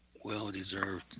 well-deserved